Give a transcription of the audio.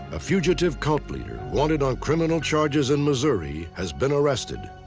a fugitive cult leader wanted on criminal charges in missouri has been arrested.